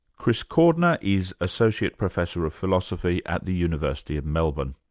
chris cordner is associate professor of philosophy at the university of melbourne.